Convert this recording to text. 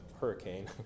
hurricane